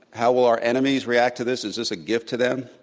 how will our enemies react to this? is this a gift to them?